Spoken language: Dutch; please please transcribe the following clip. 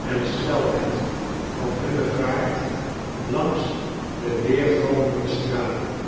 en snelheid van hunne vaart langs de weergalmende straten